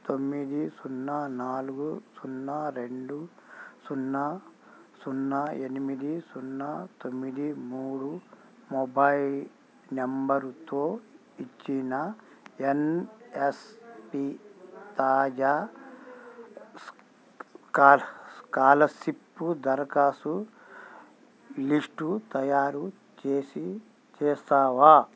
తొమ్మిది సున్నా నాలుగు సున్నా రెండు సున్నా సున్నా ఎనిమిది సున్నా తొమ్మిది మూడు మొబైల్ నంబరుతో ఇచ్చిన ఎన్ఎస్పి తాజా స్కాల స్కాలర్షిప్పు దరఖాస్తుల లిస్టు తయారు చేసి చేస్తావా